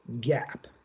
gap